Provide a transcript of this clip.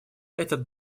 этот